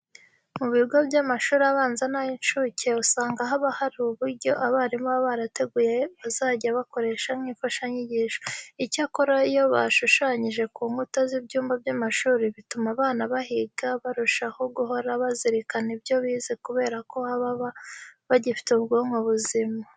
Mu bigo by'amashuri abanza n'ay'incuke usanga haba hari uburyo abarimu baba barateguye bazajya bakoresha nk'imfashanyigisho. Icyakora iyo bashushanyije ku nkuta z'ibyumba by'amashuri bituma abana bahiga barushaho guhora bazirikana ibyo bize kubera ko bo baba bagifite ubwonko buzima.